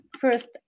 first